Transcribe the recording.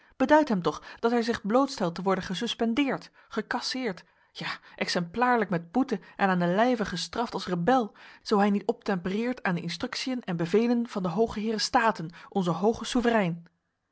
beduidt hem toch dat hij zich blootstelt te worden gesuspendeerd gecasseerd ja exemplaarlijk met boete en aan den lijve gestraft als rebel zoo hij niet obtempereert aan de instructiën en bevelen van h h staten onze hooge souverein